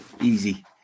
easy